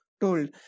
told